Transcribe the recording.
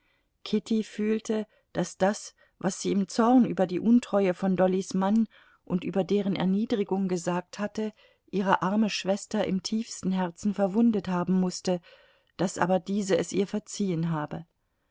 kitty fühlte daß das was sie im zorn über die untreue von dollys mann und über deren erniedrigung gesagt hatte ihre arme schwester im tiefsten herzen verwundet haben mußte daß aber diese es ihr verziehen habe